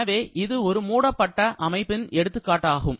எனவே இது ஒரு மூடப்பட்ட அமைப்பின் எடுத்துக்காட்டாகும்